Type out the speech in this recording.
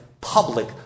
public